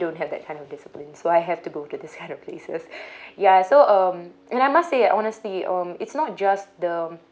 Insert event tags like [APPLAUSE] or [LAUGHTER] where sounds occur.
don't have that kind of discipline so I have to go to this kind of places [LAUGHS] ya so um and I must say honestly um it's not just the